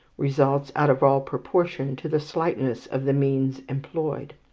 results out of all proportion to the slightness of the means employed.